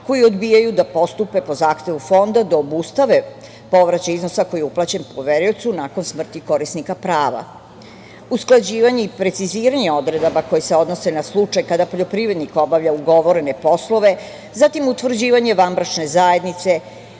koji odbijaju da postupe po zahtevu Fonda da obustave povraćaj iznosa koji je uplaćen poveriocu nakon smrti korisnika prava. Usklađivanje i preciziranje odredaba koje se odnose na slučaj kada poljoprivrednik obavlja ugovorene poslove, zatim utvrđivanje vanbračne zajednice,